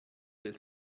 del